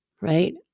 right